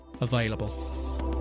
available